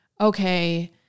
okay